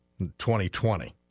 2020